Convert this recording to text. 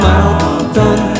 Mountain